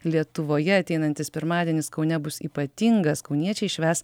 lietuvoje ateinantis pirmadienis kaune bus ypatingas kauniečiai švęs